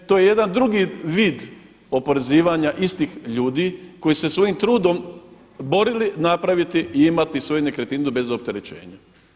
To je jedan drugi vid oporezivanja istih ljudi koji su se svojim trudom borili napraviti i imati svoju nekretninu bez opterećenja.